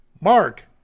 Mark